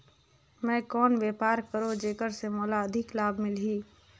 मैं कौन व्यापार करो जेकर से मोला अधिक लाभ मिलही?